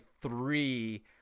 three